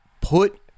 Put